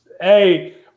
Hey